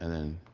and then?